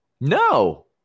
No